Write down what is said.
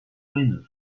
trainer